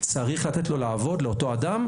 צריך לתת לו לעבוד, לאותו אדם,